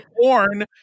porn